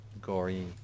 gory